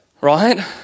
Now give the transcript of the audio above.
Right